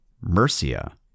Mercia